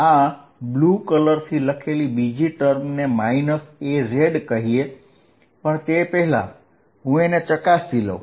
આ બ્લુ કલરથી લખેલી બીજી ટર્મ માંથી a z કરીએ પણ તે પહેલાં હું એને ચકાસી લઉ